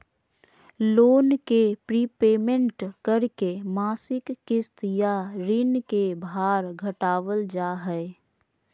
loan के prepayment करके मासिक किस्त या ऋण के भार घटावल जा हय